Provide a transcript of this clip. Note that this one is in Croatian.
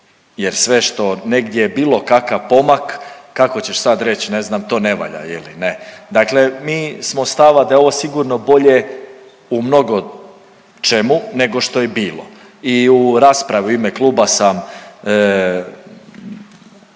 jer sve što negdje je bilo kakav pomak, kako ćeš sad reć, to ne valja ili ne. Dakle mi smo stava da je ovo sigurno bolje u mnogočemu nego što je bilo i u raspravi u ime kluba sam